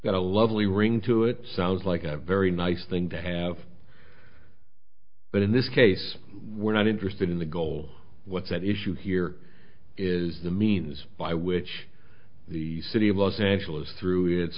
got a lovely ring to it sounds like a very nice thing to have but in this case we're not interested in the goal what's at issue here is the means by which the city of los angeles through